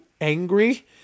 angry